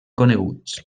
coneguts